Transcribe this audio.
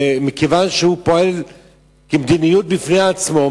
מכיוון שהוא פועל לפי מדיניות של עצמו,